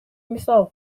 мисал